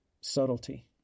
subtlety